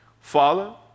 follow